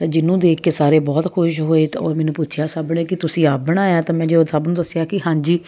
ਤਾਂ ਜਿਹਨੂੰ ਦੇਖ ਕੇ ਸਾਰੇ ਬਹੁਤ ਖੁਸ਼ ਹੋਏ ਤਾਂ ਔਰ ਮੈਨੂੰ ਪੁੱਛਿਆ ਸਭ ਨੇ ਕਿ ਤੁਸੀਂ ਆਪ ਬਣਾਇਆ ਹੈ ਤਾਂ ਮੈਂ ਜਦੋਂ ਸਭ ਨੂੰ ਦੱਸਿਆ ਕਿ ਹਾਂਜੀ